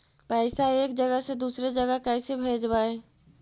पैसा एक जगह से दुसरे जगह कैसे भेजवय?